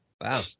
Wow